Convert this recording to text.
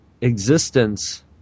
existence